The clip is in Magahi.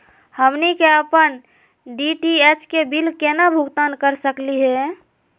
हमनी के अपन डी.टी.एच के बिल केना भुगतान कर सकली हे?